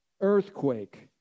Earthquake